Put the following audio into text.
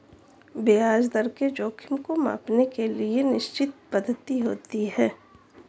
ब्याज दर के जोखिम को मांपने के लिए निश्चित पद्धति होती है